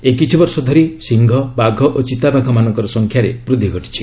ଏଇ କିଛି ବର୍ଷ ଧରି ସିଂହ ବାଘ ଓ ଚିତାବାଘମାନଙ୍କର ସଂଖ୍ୟାରେ ବୃଦ୍ଧି ଘଟିଛି